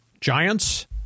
Giants